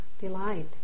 delight